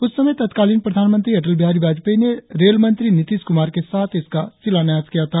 उस समय तत्कालीन प्रधानमंत्री अटल बिहारी वाजपेयी ने रेलमंत्री नीतीश कुमार के साथ इसका शिलान्यास किया था